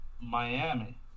Miami